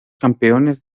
campeones